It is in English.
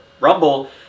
Rumble